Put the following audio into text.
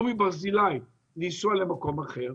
או מברזילי לנסוע למקום אחר,